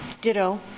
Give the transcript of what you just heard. Ditto